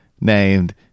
named